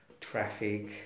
traffic